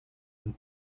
and